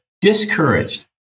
discouraged